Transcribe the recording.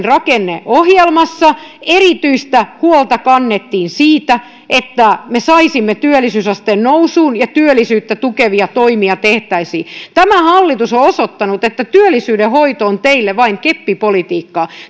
rakenneohjelmassa kannettiin erityistä huolta siitä että me saisimme työllisyysasteen nousuun ja työllisyyttä tukevia toimia tehtäisiin tämä hallitus on osoittanut että työllisyyden hoito on teille vain keppipolitiikkaa